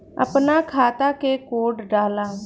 अपना खाता के कोड डाला